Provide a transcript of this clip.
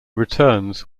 returns